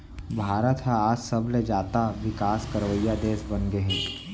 भारत ह आज सबले जाता बिकास करइया देस बनगे हे